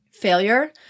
failure